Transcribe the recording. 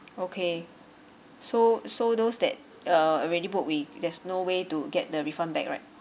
okay so so those that uh already booked we there's no way to get the refund back right